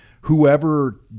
Whoever